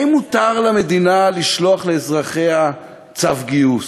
האם מותר למדינה לשלוח לאזרחים צו גיוס,